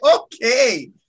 okay